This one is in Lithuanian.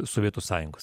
sovietų sąjungos